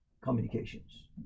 communications